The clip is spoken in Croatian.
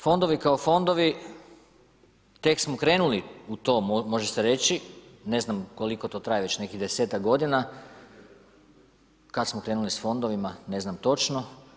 Fondovi kao fondovi tek smo krenuli u to može se reći, ne znam koliko to traje već nekih 10ak godina, kada smo krenuli sa fondovima, ne znam točno.